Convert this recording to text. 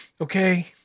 okay